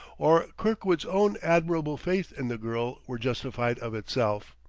or kirkwood's own admirable faith in the girl were justified of itself.